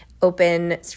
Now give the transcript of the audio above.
open